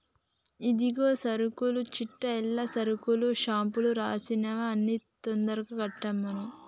ఇదిగో సరుకుల చిట్టా ఎల్లి సరుకుల షాపులో రాసినవి అన్ని తొందరగా కట్టమను